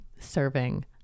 serving